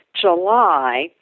July